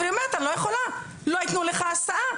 אבל היא אומרת: אני לא יכולה, לא ייתנו לך הסעה.